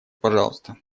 пожалуйста